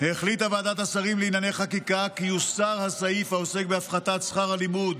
החליטה ועדת השרים לענייני חקיקה כי יוסר הסעיף העוסק בהפחתת שכר הלימוד